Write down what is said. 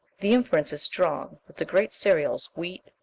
the inference is strong that the great cereals wheat,